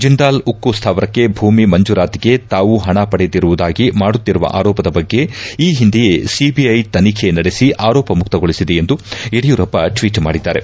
ಜಿಂದಾಲ್ ಉಕ್ಕು ಸ್ಥಾವರಕ್ಕೆ ಭೂಮಿ ಮಂಜೂರಾತಿಗೆ ತಾವು ಪಣ ಪಡೆದಿರುವುದಾಗಿ ಮಾಡುತ್ತಿರುವ ಆರೋಪದ ಬಗ್ಗೆ ಈ ಹಿಂದೆಯೇ ಸಿಬಿಐ ತನಿಖೆ ನಡೆಸಿ ಆರೋಪ ಮುಕ್ತಗೊಳಿಸಿದೆ ಎಂದು ಯಡಿಯೂರಪ್ಪ ಟ್ವೀಟ್ ಮಾಡಿದ್ದಾರೆ